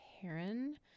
Heron